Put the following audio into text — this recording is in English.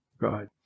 God